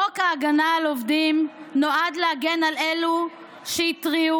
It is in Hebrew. חוק הגנה על עובדים נועד להגן על אלו שהתריעו